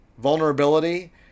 vulnerability